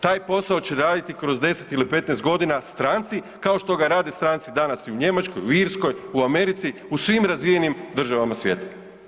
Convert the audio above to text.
Taj posao će raditi kroz 10 ili 15 godina stranci kao što ga rade stranci danas i u Njemačkoj, u Irskoj, u Americi u svim razvijenim državama svijeta.